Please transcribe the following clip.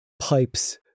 pipes